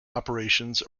operations